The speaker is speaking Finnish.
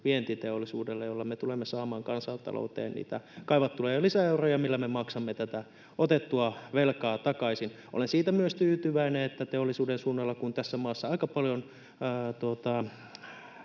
vientiteollisuudelle, jolla me tulemme saamaan kansantalouteen niitä kaivattuja lisäeuroja, millä me maksamme tätä otettua velkaa takaisin. Olen myös siitä tyytyväinen, että teollisuuden suunnalla, kun tässä maassa aika paljon